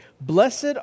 Blessed